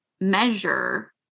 measure